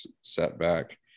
setback